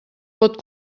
pot